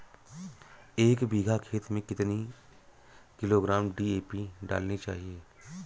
एक बीघा खेत में कितनी किलोग्राम डी.ए.पी डालनी चाहिए?